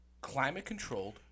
climate-controlled